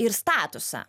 ir statusą